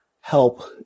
help